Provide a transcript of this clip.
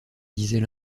disait